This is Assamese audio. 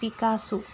পিকাচ'